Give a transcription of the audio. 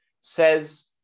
says